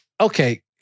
okay